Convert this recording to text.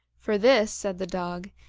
for this, said the dog,